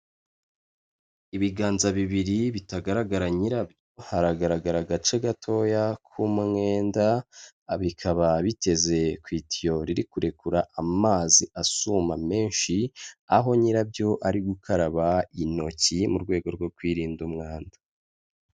Ibiganza bibiri bitagaragara nyirabyo, hagaragara agace gatoya k'umwenda bikaba biteze ku itiyoro iri kurekura amazi asuma menshi aho nyirabyo ari gukaraba intoki mu rwego rwo kwirinda umwanda.